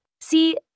See